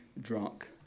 drunk